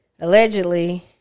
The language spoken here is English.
Allegedly